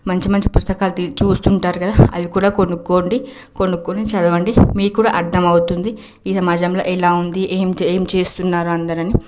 మంచి మంచి పుస్తకాలు తీ చూస్తుంటారు కదా అవి కూడా కొనుక్కోండి కొనుక్కొని చదవండి మీకు కూడా అర్థం అవుతుంది ఈ సమాజంలో ఎలా ఉంది ఏం చే ఏం చేస్తున్నారు అందరూ అని